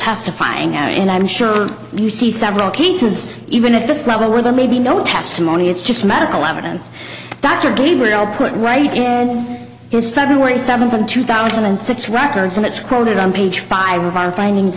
testifying and i'm sure you see several cases even at this level where there may be no testimony it's just medical evidence dr green will put right again this february seventh of two thousand and six records and it's quoted on page five of our findings